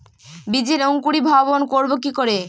বীজের অঙ্কুরিভবন করব কি করে?